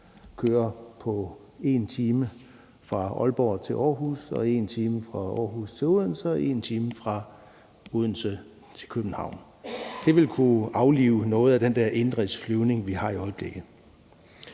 time kunne køre fra Aalborg til Aarhus og på en time køre fra Aarhus til Odense og på en time køre fra Odense til København. Det ville kunne aflive noget af den der indenrigsflyvning, vi har i øjeblikket.